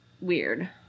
weird